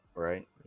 Right